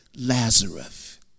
Lazarus